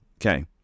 Okay